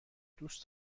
دوست